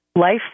life